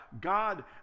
God